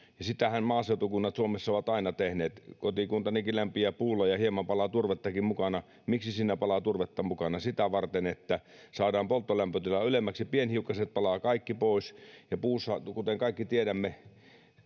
sitähän maaseutukunnat suomessa ovat aina tehneet kotikuntanikin lämpiää puulla ja hieman palaa turvettakin mukana miksi siinä palaa turvetta mukana sitä varten että saadaan polttolämpötila ylemmäksi pienhiukkaset palavat kaikki pois ja turpeessa kuten kaikki tiedämme